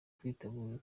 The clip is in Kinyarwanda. twitegura